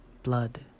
blood